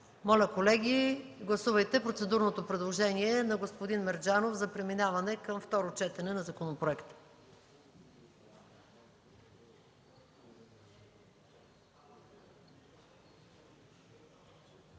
Моля, колеги, гласувайте процедурното предложение на господин Мерджанов за преминаване към второ четене на законопроекта.